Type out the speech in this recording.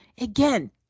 Again